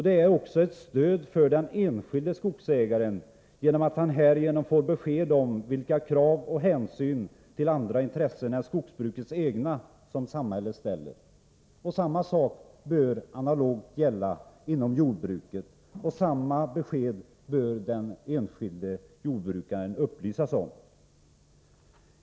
Det är också ett stöd för den enskilde skogsägaren, eftersom att han härigenom får besked om vilka krav och hänsyn till andra intressen än skogsbrukets egna som kommer i fråga från samhällets sida. Samma sak bör analogt gälla inom jordbruket, och samma besked bör den enskilde jordbrukaren erhålla.